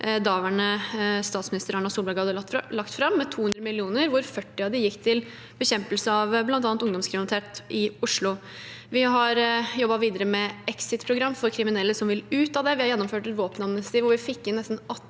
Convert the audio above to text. daværende statsminister Erna Solberg hadde lagt fram – med 200 mill. kr, hvor 40 av dem gikk til bekjempelse av bl.a. ungdomskriminalitet i Oslo. Vi har jobbet videre med exit-program for kriminelle som vil ut av det, vi har gjennomført et våpenamnesti, hvor vi fikk inn